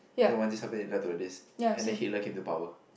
so once it happen it led to this and then Hitler came to power